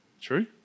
True